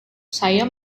saya